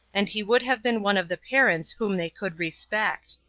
and he would have been one of the parents whom they could respect.